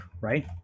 right